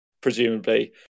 presumably